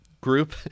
group